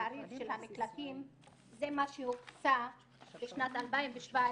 התעריף של המקלטים זה מה שהוקצה בשנת 2017,